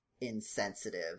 insensitive